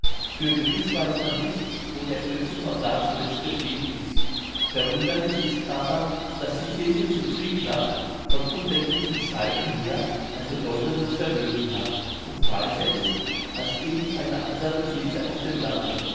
für gewiß weiß man nicht wo der götze von da zuletzt geblieben ist verwunderlich ist es aber daß die kirche zu triglaf von undenklichen zeiten her ein bedeutendes vermögen hat und reicher ist als irgend eine andere kirche auf dem lande